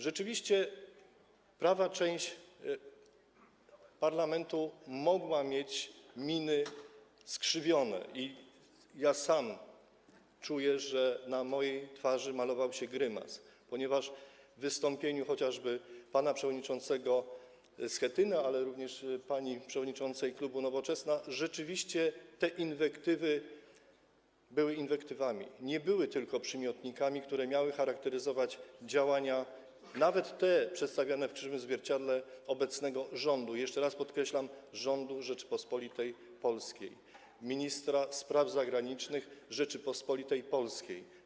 Rzeczywiście, prawa część parlamentu mogła mieć miny skrzywione - ja sam czuję, że na mojej twarzy malował się grymas - ponieważ w wystąpieniu chociażby pana przewodniczącego Schetyny, ale również pani przewodniczącej klubu Nowoczesna inwektywy były inwektywami, nie były tylko przymiotnikami, które miały charakteryzować działania, nawet przedstawiane w krzywym zwierciadle, obecnego rządu, jeszcze raz podkreślam - rządu Rzeczypospolitej Polskiej, ministra spraw zagranicznych Rzeczypospolitej Polskiej.